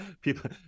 people